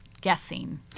guessing